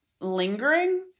lingering